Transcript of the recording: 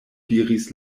diris